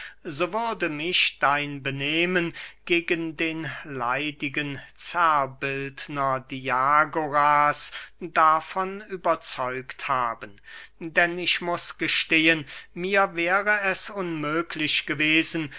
so würde mich dein benehmen gegen den leidigen zerrbildner diagoras davon überzeugt haben denn ich muß gestehen mir wäre es unmöglich gewesen